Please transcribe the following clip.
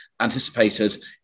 anticipated